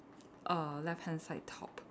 err left hand side top